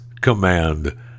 Command